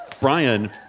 Brian